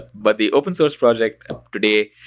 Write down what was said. but the open source project ah today,